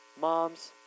moms